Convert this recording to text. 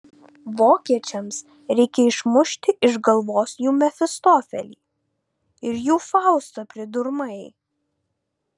vokiečiams reikia išmušti iš galvos jų mefistofelį ir jų faustą pridurmai